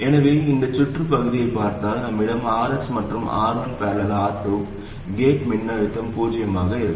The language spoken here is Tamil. எனவே இந்த சுற்றுப் பகுதியைப் பார்த்தால் நம்மிடம் Rs மற்றும் R1 || R2 கேட் மின்னழுத்தம் பூஜ்ஜியமாக இருக்கும்